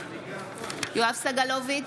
יואב סגלוביץ'